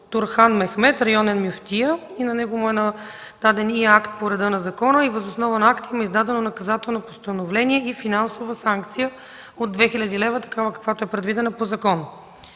Турхан Мехмед – районен мюфтия. На него му е даден и акт по реда на закона. Въз основа на акта му е издадено наказателно постановление и финансова санкция от 2000 лв., каквато е предвидена по закон.